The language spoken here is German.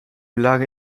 lage